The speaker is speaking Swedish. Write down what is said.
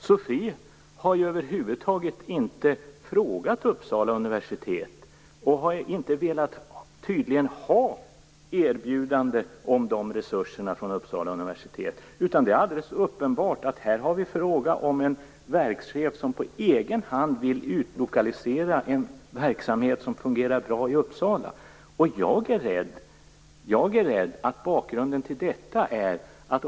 SOFI har ju över huvud taget inte frågat Uppsala universitet, och har tydligen inte velat ha erbjudande om dessa resurser från Uppsala universitet. Det är alldeles uppenbart att det här är fråga om en verkschef som på egen hand vill utlokalisera en verksamhet som fungerar bra i Jag är rädd att bakgrunden till detta är problem.